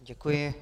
Děkuji.